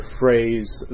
phrase